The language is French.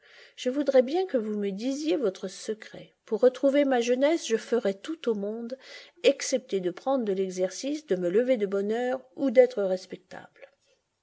je voudrais bien que vous me disiez votre secret pour retrouver ma jeunesse je ferais tout au monde excepté de prendre de l'exercice de me lever de bonne heure ou d'être respectable